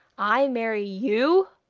i marry you?